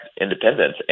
independence